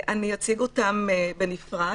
אני אציג אותם בנפרד.